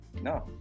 no